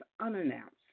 unannounced